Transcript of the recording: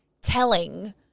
telling